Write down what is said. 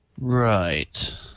Right